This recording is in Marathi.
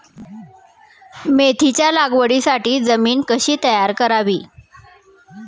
मेथीच्या लागवडीसाठी जमीन कशी तयार करावी?